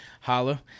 Holla